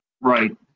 Right